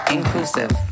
Inclusive